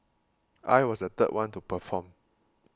I was the third one to perform